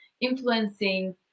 influencing